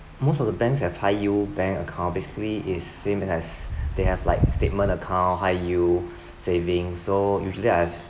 most of the banks have high yield bank account basically is same as they have like statement account high yield saving so usually I've